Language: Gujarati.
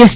એસ